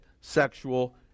sexual